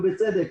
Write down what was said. בצדק,